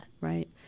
Right